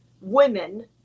women